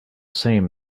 same